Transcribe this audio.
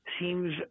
seems